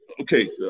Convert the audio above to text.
Okay